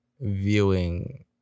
viewing